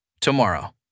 tomorrow